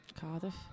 cardiff